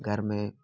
घर में